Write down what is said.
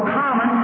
common